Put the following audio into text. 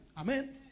Amen